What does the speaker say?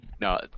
No